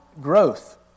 growth